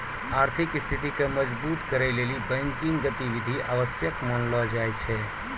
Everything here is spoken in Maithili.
आर्थिक स्थिति के मजबुत करै लेली बैंकिंग गतिविधि आवश्यक मानलो जाय छै